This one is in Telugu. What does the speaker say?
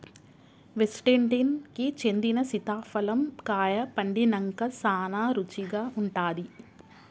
వెస్టిండీన్ కి చెందిన సీతాఫలం కాయ పండినంక సానా రుచిగా ఉంటాది